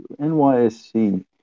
NYSC